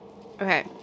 Okay